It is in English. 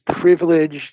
privileged